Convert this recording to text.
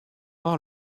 avoir